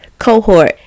cohort